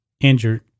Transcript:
injured